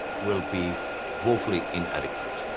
will be woefully inadequate.